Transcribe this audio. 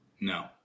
No